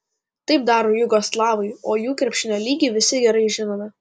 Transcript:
taip daro jugoslavai o jų krepšinio lygį visi gerai žinome